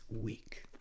week